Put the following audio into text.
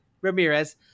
Ramirez